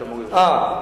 אה.